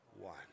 one